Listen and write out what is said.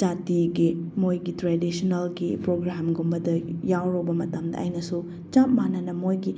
ꯖꯥꯇꯤꯒꯤ ꯃꯣꯏꯒꯤ ꯇ꯭ꯔꯦꯗꯤꯁꯟꯅꯦꯜꯒꯤ ꯄ꯭ꯔꯣꯒ꯭ꯔꯥꯝꯒꯨꯝꯕꯗ ꯌꯥꯎꯔꯨꯕ ꯃꯇꯝꯗ ꯑꯩꯅꯁꯨ ꯆꯞ ꯃꯥꯟꯅꯅ ꯃꯣꯏꯒꯤ